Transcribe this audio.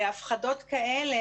הפחדות כאלה,